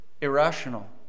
irrational